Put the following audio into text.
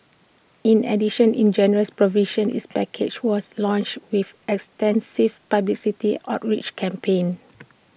in addition in generous provisions is package was launched with extensive publicity outreach campaign